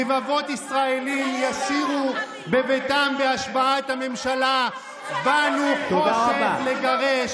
רבבות ישראלים ישירו בביתם בהשבעת הממשלה: "באנו חושך לגרש,